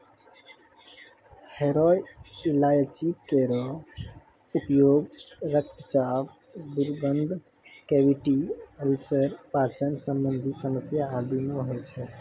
हरो इलायची केरो उपयोग रक्तचाप, दुर्गंध, कैविटी अल्सर, पाचन संबंधी समस्या आदि म होय छै